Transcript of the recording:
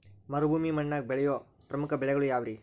ಮರುಭೂಮಿ ಮಣ್ಣಾಗ ಬೆಳೆಯೋ ಪ್ರಮುಖ ಬೆಳೆಗಳು ಯಾವ್ರೇ?